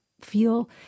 feel